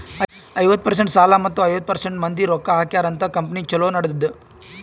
ಐವತ್ತ ಪರ್ಸೆಂಟ್ ಸಾಲ ಮತ್ತ ಐವತ್ತ ಪರ್ಸೆಂಟ್ ಮಂದಿ ರೊಕ್ಕಾ ಹಾಕ್ಯಾರ ಅಂತ್ ಕಂಪನಿ ಛಲೋ ನಡದ್ದುದ್